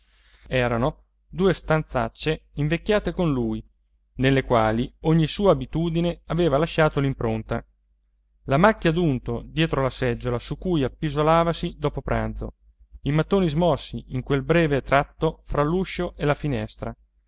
erano due stanzacce invecchiate con lui nelle quali ogni sua abitudine aveva lasciato l'impronta la macchia d'unto dietro la seggiola su cui appisolavasi dopo pranzo i mattoni smossi in quel breve tratto fra l'uscio e la finestra